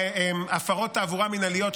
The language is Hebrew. הפרות תעבורה מינהלייות,